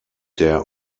der